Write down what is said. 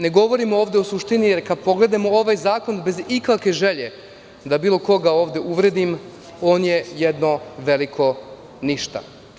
Ne govorim ovde o suštini, jer kad pogledamo ovaj zakon, bez ikakve želje da bilo koga ovde uvredim, on je jedno veliko ništa.